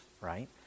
right